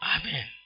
Amen